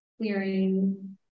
clearing